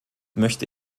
möchte